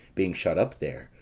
being shut up there,